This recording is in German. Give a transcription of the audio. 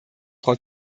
frau